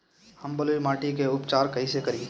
हम बलुइ माटी के उपचार कईसे करि?